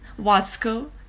WATSCO